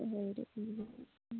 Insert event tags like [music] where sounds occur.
[unintelligible]